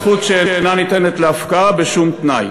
זכות שאינה ניתנת להפקעה בשום תנאי.